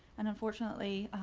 and unfortunately,